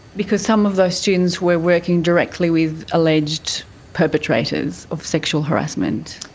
because some of those students were working directly with alleged perpetrators of sexual harassment.